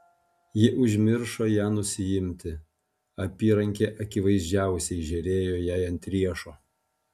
ji užmiršo ją nusiimti apyrankė akivaizdžiausiai žėrėjo jai ant riešo